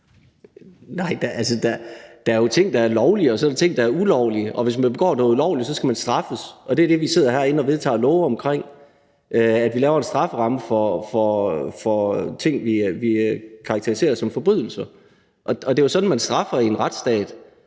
Nej da. Der er ting, der er lovlige, og så er der ting, der er ulovlige, og hvis man begår noget ulovligt, så skal man straffes, og det er det, vi sidder herinde og vedtager love om. Vi laver en strafferamme for ting, vi karakteriserer som forbrydelser, og det er jo sådan, man straffer i en retsstat.